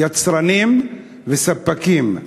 יצרנים וספקים,